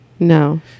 no